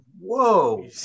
whoa